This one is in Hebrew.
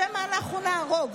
שמא אנחנו נהרוג.